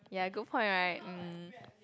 ya good point right mm